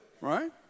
right